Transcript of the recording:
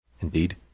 Indeed